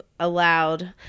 Allowed